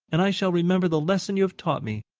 and i shall remember the lesson you have taught me.